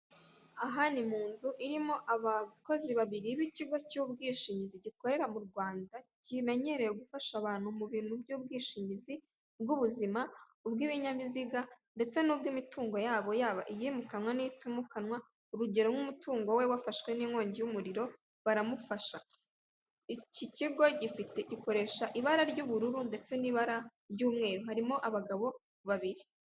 Aha ni munzu irimo abakozi babiri b'ikigo cy'ubwishingizi gikorera mu Rwamda kimenyerewe gufasha abantu mu bintu by'ubwishingizi bw'ubuzima, ubw'ibinyabiziga, ndetse n'ubw'imitungo yabo yaba iyimukanwa n'itimukanwa urugero nk'umutungo we wafashwe n'imkongi y'umuriro baramufasha iki kigo gikoresha ibara ry'ubururu ndetse n'umweru harimo abagabo babiri.